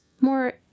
more